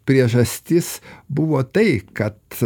priežastis buvo tai kad